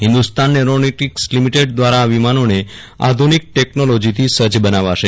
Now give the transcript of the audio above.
Hindustan aeronautics limited દ્વારા આ વિમાનોને આધુનિક ટેકનોલોજીથી સજ્જ બનાવાશે